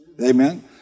Amen